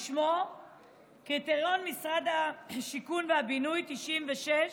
בשם "קריטריון משרד הבינוי והשיכון